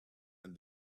and